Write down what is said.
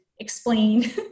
explain